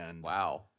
Wow